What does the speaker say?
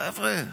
חבר'ה,